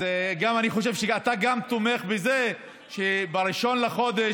אני חושב שגם אתה תומך בזה שב-1 בחודש